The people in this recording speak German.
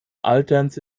alterns